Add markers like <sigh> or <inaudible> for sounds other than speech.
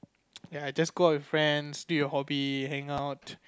<noise> ya I just go out with friends do your hobby hang out